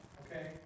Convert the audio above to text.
okay